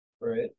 Right